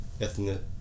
ethnic